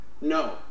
No